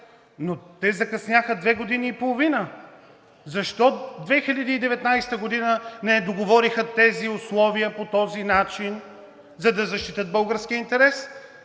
но те закъсняха две години и половина. Защо 2019 г. не договориха тези условия по този начин, за да защитят българския интерес?